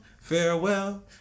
farewell